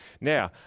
Now